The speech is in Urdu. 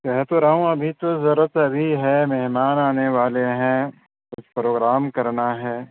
کہہ تو رہا ہوں ابھی تو ضرورت ابھی ہے مہمان آنے والے ہیں کچھ پروگرام کرنا ہے